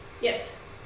yes